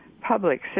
public